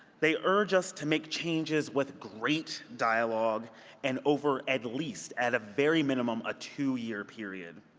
they urge us to make changes with great dialogue and over at least, at a very minimum, a two-year period.